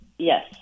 Yes